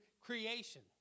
creation